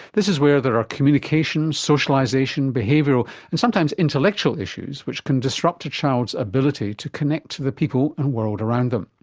this is where there are communication, socialisation, behavioural and sometimes intellectual issues which can disrupt a child's ability to connect to the people and world around them.